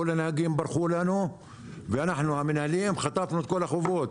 כל הנהגים ברחו לנו ואנחנו המנהלים חטפנו את כל החובות.